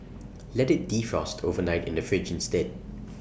let IT defrost overnight in the fridge instead